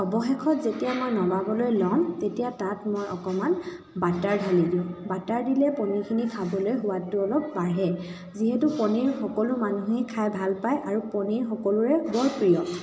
অৱশেষত যেতিয়া মই নমাবলৈ ল'ম তেতিয়া তাত মই অকণমান বাটাৰ ঢালি দিওঁ বাটাৰ দিলে পনিৰখিনি খাবলৈ সোৱাদটো অলপ বাঢ়ে যিহেতু পনিৰ সকলো মানুহেই খাই ভাল পায় আৰু পনিৰ সকলোৰে বৰ প্ৰিয়